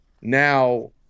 Now